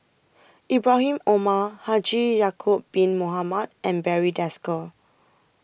Ibrahim Omar Haji Ya'Acob Bin Mohamed and Barry Desker